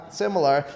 similar